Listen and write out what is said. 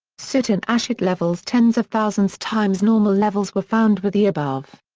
soot and ash at levels tens of thousands times normal levels were found with the above.